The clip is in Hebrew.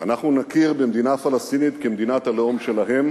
שאנחנו נכיר במדינה פלסטינית כמדינת הלאום שלהם,